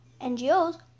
NGOs